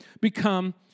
become